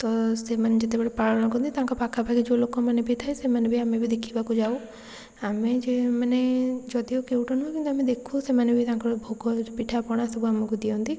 ତ ସେମାନେ ଯେତେବେଳେ ପାଳନ କରନ୍ତି ତାଙ୍କ ପାଖାପାଖି ଯେଉଁ ଲୋକମାନେ ବି ଥାଏ ସେମାନେ ବି ଆମେ ବି ଦେଖିବାକୁ ଯାଉ ଆମେ ଯେ ମାନେ ଯଦିଓ କେଉଟ ନୁହଁ ଆମେ ଦେଖୁ ସେମାନେ ବି ତାଙ୍କର ଭୋଗ ପିଠାପଣା ସବୁ ଆମକୁ ଦିଅନ୍ତି